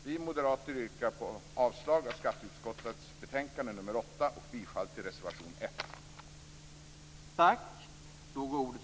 Vi moderater yrkar avslag på hemställan i skatteutskottets betänkande nr 8 och bifall till reservation 1.